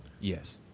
yes